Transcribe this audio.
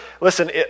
Listen